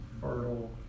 fertile